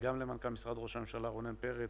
וגם למנכ"ל משרד ראש הממשלה, רונן פרץ.